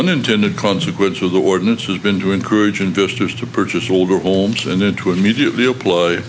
unintended consequence of the ordinance has been to encourage investors to purchase older homes and into immediately apply